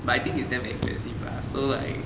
but I think it's damn expensive lah so like